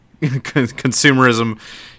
consumerism